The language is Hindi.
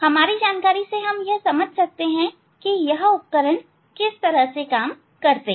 हमारी जानकारी से हम समझ सकते हैं कि यह उपकरण कैसे काम करते हैं